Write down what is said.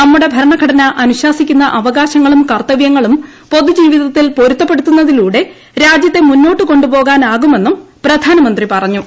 നമ്മൂട്ടെട്ട് ഭൂരണഘടന അനുശാസിക്കുന്ന അവകാശങ്ങളും കൂർത്ത്വ്യങ്ങളും പൊതുജീവിതത്തിൽ പൊരുത്തപ്പെടുത്തുന്നതിലൂടെ രാജ്യത്തെ മുന്നോട്ട് കൊണ്ടു പോകാനാകുമെന്നും പ്രധാനമന്ത്രി പറഞ്ഞു